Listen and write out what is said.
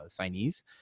signees